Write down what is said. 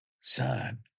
Son